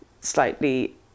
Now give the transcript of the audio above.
slightly